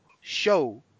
show